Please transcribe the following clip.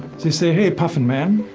they say, hey puffin man,